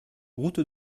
route